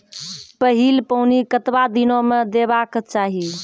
पहिल पानि कतबा दिनो म देबाक चाही?